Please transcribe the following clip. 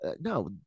no